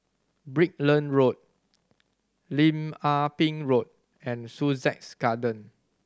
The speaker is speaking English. Brickland Road Lim Ah Pin Road and Sussex Garden